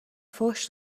فحش